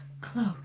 close